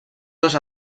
dos